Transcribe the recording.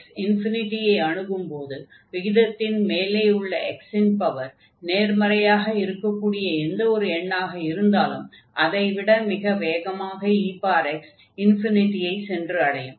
x ஐ அணுகும்போது விகிதத்தின் மேலே உள்ள x இன் பவர் நேர்மறையாக இருக்கக்கூடிய எந்த ஒரு எண்ணாக இருந்தாலும் அதை விட மிக வேகமாக ex ஐ சென்று அடையும்